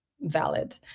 valid